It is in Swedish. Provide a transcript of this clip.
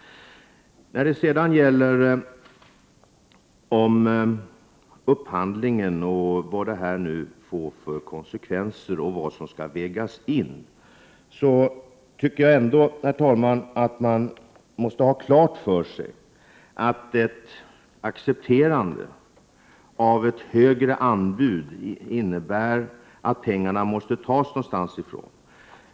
När det sedan gäller upphandlingen, vilka konsekvenser den får och vad som skall vägas in, måste man ha klart för sig att ett accepterande av ett högre anbud innebär att pengarna måste tas någonstans.